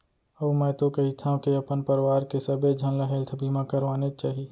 अउ मैं तो कहिथँव के अपन परवार के सबे झन ल हेल्थ बीमा करवानेच चाही